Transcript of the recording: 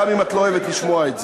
גם אם את לא אוהבת לשמוע את זה.